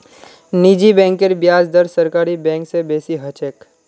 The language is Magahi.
निजी बैंकेर ब्याज दर सरकारी बैंक स बेसी ह छेक